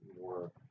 more